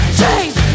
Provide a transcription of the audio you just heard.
change